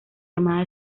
armada